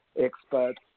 experts